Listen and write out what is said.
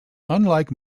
unlike